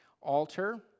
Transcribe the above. altar